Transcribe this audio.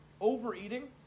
overeating